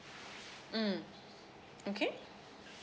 mm okay